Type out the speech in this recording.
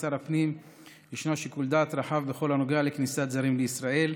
לשר הפנים ישנו שיקול דעת רחב בכל הנוגע לכניסת זרים לישראל.